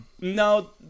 No